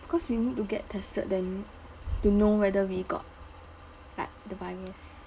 cause we need to get tested then to know whether we got like the virus